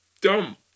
dumb